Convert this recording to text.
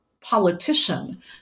politician